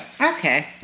Okay